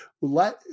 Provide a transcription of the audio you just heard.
Let